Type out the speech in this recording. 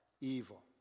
evil